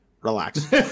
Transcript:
Relax